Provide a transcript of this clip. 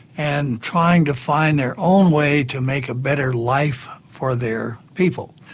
and trying to find their own way to make a better life for their people.